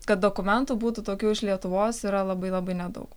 kad dokumentų būtų tokių iš lietuvos yra labai labai nedaug